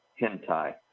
hentai